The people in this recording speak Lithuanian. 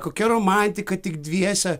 kokia romantika tik dviese